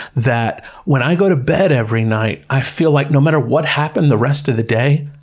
that when i go to bed every night, i feel like no matter what happened the rest of the day,